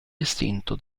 distinto